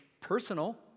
personal